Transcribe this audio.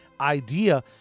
idea